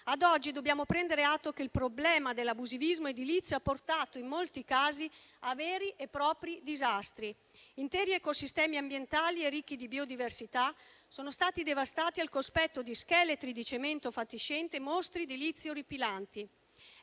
Ad oggi dobbiamo prendere atto che il problema dell'abusivismo edilizio ha portato, in molti casi, a veri e propri disastri. Interi ecosistemi ambientali e ricchi di biodiversità sono stati devastati al cospetto di scheletri di cemento fatiscenti, mostri edilizi orripilanti.